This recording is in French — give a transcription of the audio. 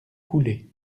couler